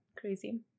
crazy